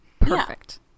Perfect